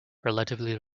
relatively